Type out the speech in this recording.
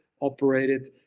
operated